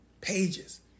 Pages